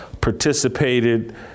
participated